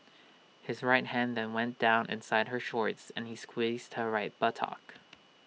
his right hand then went down inside her shorts and he squeezed her right buttock